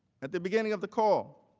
at the beginning of the call,